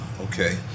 okay